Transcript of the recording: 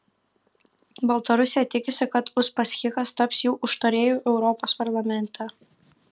baltarusija tikisi kad uspaskichas taps jų užtarėju europos parlamente